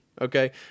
okay